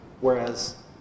whereas